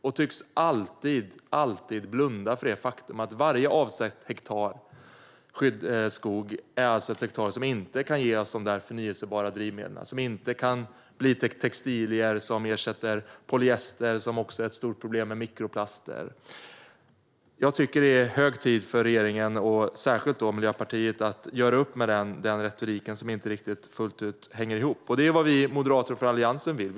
Man tycks alltid blunda för det faktum att varje hektar skyddsvärd skog är en hektar som inte kan bli förnybara drivmedel och inte kan bli till textilier som kan ersätta polyester, som också ger stora problem med mikroplaster. Det är hög tid för regeringen, särskilt för Miljöpartiet, att göra upp med den retorik som inte riktigt fullt ut hänger ihop. Det är vad vi moderater och Alliansen vill.